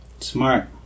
Smart